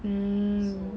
mm